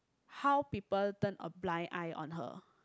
how people turn a blind eye on her